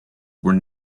were